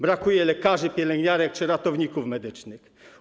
Brakuje lekarzy, pielęgniarek czy ratowników medycznych.